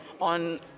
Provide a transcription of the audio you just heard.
on